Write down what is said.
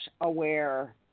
aware